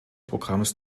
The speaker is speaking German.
programms